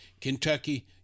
Kentucky